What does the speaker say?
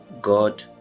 God